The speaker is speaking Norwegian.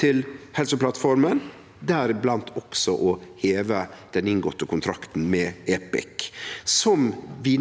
til Helseplattforma. Det gjeld også å heve den inngåtte kontrakten med Epic, som vi